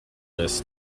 this